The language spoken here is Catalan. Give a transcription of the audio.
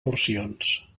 porcions